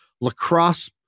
lacrosse